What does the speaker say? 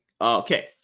okay